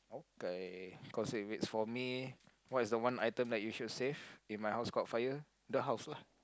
K cause if it's for me what is the one item that you should save if my house caught fire the house lah